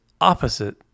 opposite